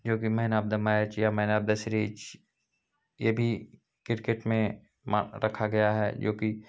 जोकि man of the match या man of the series यह भी क्रिकेट में मा रखा गया है जोकि